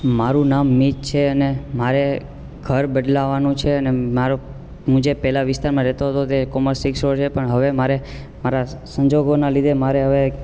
મારું મીત છે અને મારે ઘર બદલાવાનું છે અને મારું હું જે પહેલા વિસ્તારમાં રેતો હતો તે કોમર્સ સિક્સ રોડ છે પણ હવે મારે મારા સંજોગોના લીધે મારે હવે